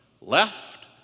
Left